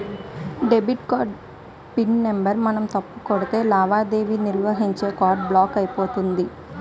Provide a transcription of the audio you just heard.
debit card pin number మనం తప్పు కొట్టి లావాదేవీ నిర్వహిస్తే కార్డు బ్లాక్ అయిపోతుంది